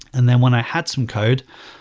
and then when i had some code,